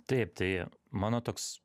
taip tai mano toks